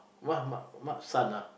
!wah! m~ m~ son ah